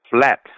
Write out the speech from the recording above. flat